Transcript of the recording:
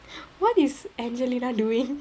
what is angelina doing